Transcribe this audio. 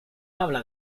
habla